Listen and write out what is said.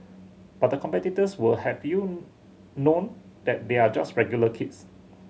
but the competitors will have you know that they are just regular kids